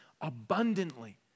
abundantly